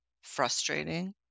frustrating